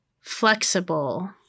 flexible